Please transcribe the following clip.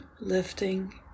lifting